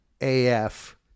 AF